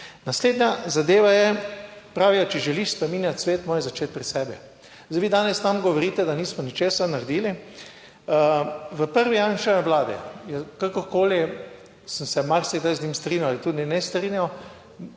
Naslednja zadeva je, pravijo, če želiš spreminjati svet, moraš začeti pri sebi. Zdaj, vi danes nam govorite, da nismo ničesar naredili. V prvi Janševi vladi, je, kakorkoli, sem se marsikdaj z njim strinjal in tudi ne strinjal.